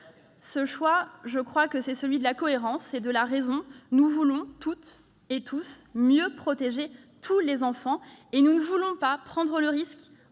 Ce choix, je le crois, c'est celui de la cohérence et de la raison. Nous voulons toutes et tous mieux protéger tous les enfants, et nous ne voulons pas prendre le risque,